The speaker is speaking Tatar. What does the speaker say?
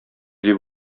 дип